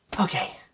Okay